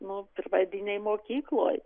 nu pradinėj mokykloj